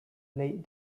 laid